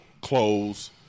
clothes